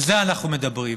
על זה אנחנו מדברים.